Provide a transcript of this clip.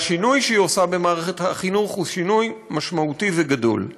והשינוי שהיא עושה במערכת החינוך הוא משמעותי וגדול.